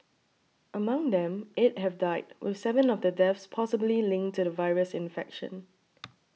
among them eight have died with seven of the deaths possibly linked to the virus infection